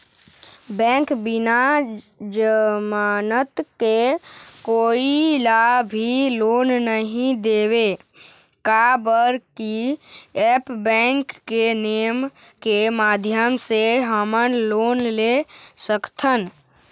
Bank बिना जमानत के कोई ला भी लोन नहीं देवे का बर की ऐप बैंक के नेम के माध्यम से हमन लोन ले सकथन?